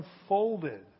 unfolded